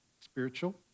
spiritual